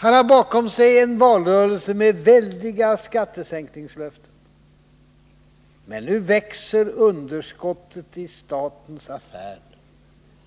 Han har bakom sig en valrörelse med väldiga skattesänkningslöften, men nu växer underskottet i statens affärer